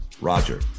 roger